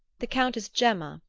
the countess gemma,